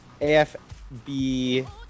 AFB